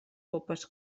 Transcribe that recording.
copes